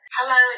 Hello